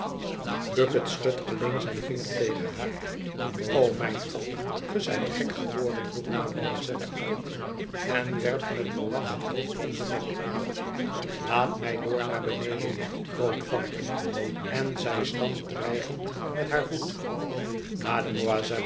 bucket schudt alleen zijn vinger tegen haar o mijn god ge zijt gek geworden roept mademoiselle uit en werpt met een lach het hoofd in den nek laat mij door naar beneden groot varken en zij stampt dreigend met haar voet mademoiselle